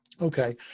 Okay